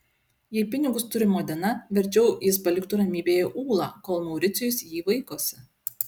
jei pinigus turi modena verčiau jis paliktų ramybėje ulą kol mauricijus jį vaikosi